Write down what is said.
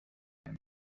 him